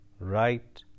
right